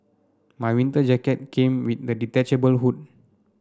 my winter jacket came with a detachable hood